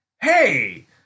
hey